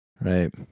Right